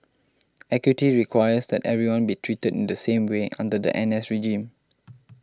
equity requires that everyone be treated in the same way under the N S regime